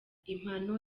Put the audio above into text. impano